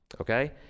Okay